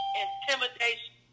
intimidation